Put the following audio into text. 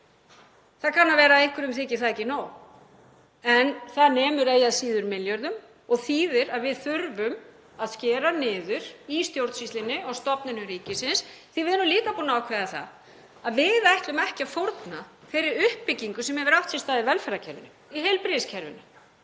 Það kann að vera að einhverjum þyki það ekki nóg en það nemur eigi að síður milljörðum og þýðir að við þurfum að skera niður í stjórnsýslunni hjá stofnunum ríkisins því að við erum líka búin að ákveða það að við ætlum ekki að fórna þeirri uppbyggingu sem hefur átt sér stað í velferðarkerfinu og í heilbrigðiskerfinu.